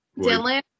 Dylan